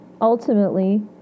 ultimately